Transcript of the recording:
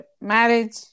marriage